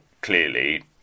clearly